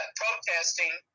protesting